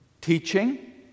teaching